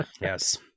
Yes